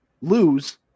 lose